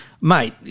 Mate